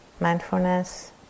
mindfulness